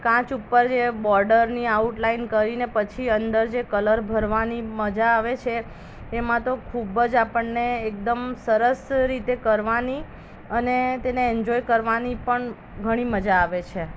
કાચ ઉપર જે બોર્ડરની આઉટલાઈન કરીને પછી અંદર જે કલર ભરવાની મજા આવે છે એમાં તો ખૂબ જ આપણને એકદમ સરસ રીતે કરવાની અને તેને એન્જોય કરવાની પણ ઘણી મજા આવે છે